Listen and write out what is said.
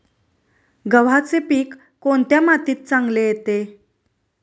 गव्हाचे पीक कोणत्या मातीत चांगले येते?